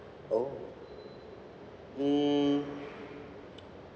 oh mm